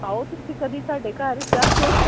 ਆਓ ਤੁਸੀਂ ਕਦੇ ਸਾਡੇ ਘਰ ਚਾਹ 'ਤੇ